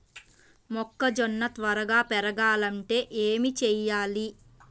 మొక్కజోన్న త్వరగా పెరగాలంటే ఏమి చెయ్యాలి?